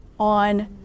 on